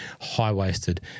high-waisted